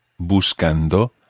buscando